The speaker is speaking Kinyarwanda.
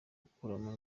gukuramo